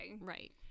right